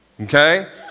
Okay